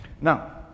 Now